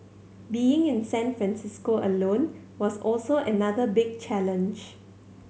being in San Francisco alone was also another big challenge